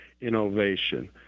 innovation